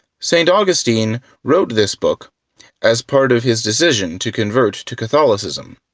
st. augustine wrote this book as part of his decision to convert to catholicism,